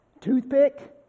toothpick